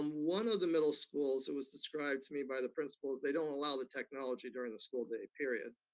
um one of the middle schools, it was described to me by the principals, they don't allow the technology during the school day, period.